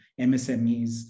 MSMEs